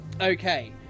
okay